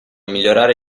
migliorare